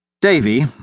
Davy